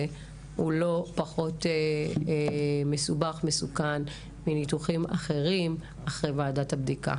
פחות מסובך ומסוכן מניתוחים אחרים אחרי ועדת הבדיקה.